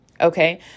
okay